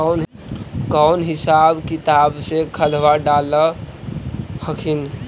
कौन हिसाब किताब से खदबा डाल हखिन?